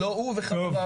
לא הוא ולא חבריו.